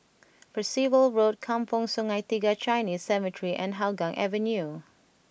Percival Road Kampong Sungai Tiga Chinese Cemetery and Hougang Avenue